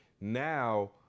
now